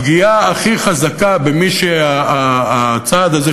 הפגיעה הכי חזקה של הצעד הזה,